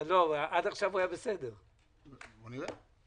היה מדובר על כמה דברים שאנחנו מעבירים לישיבה